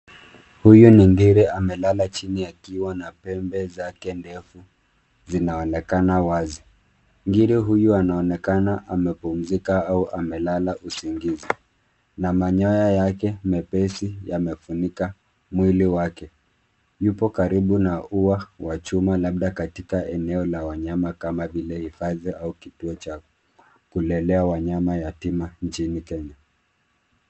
Huyu ni Ngiri amelala chini akiwa na pembe zake ndefu zinaonekana wazi. Ngiri huyu anaonekana amepumzika au amelala usingizi, na manyoya yake mepesi yamefunika mwili wake. Yupo karibu na ua wa chuma labda katika eneo la wanyama kama vile hifadhi au kituo cha kulelea wanyama yatima nchini Kenya.